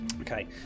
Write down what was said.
Okay